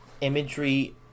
imagery